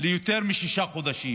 ליותר משישה חודשים.